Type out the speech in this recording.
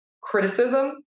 criticism